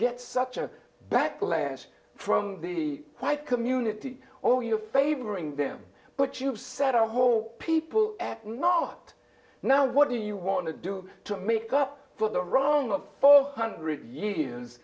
gets such a backlash from the white community oh you're favoring them but you've set a whole people not now what do you want to do to make up for the wrong of four hundred years